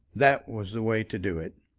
that was the way to do it.